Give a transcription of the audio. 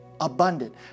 abundant